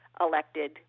elected